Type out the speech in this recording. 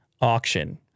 auction